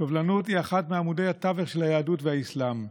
סובלנות היא אחד מעמודי התווך של היהדות והאסלאם,